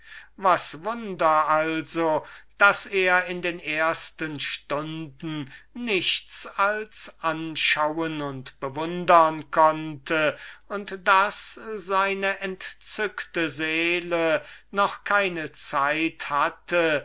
was wunder also daß er in den ersten stunden nichts als anschauen und bewundern konnte und daß seine entzückte seele noch keine zeit hatte